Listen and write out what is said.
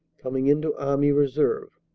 coming into army reserve.